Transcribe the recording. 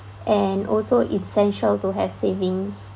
and also essential to have savings